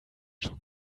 schon